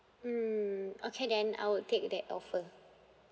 mm okay then I would take that offer